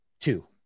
two